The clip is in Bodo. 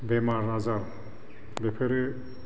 बेमार आजार बेफोरो